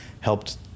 helped